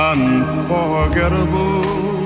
Unforgettable